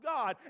God